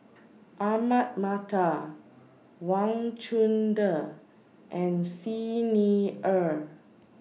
Ahmad Mattar Wang Chunde and Xi Ni Er